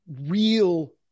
real